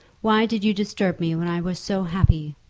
why did you disturb me when i was so happy?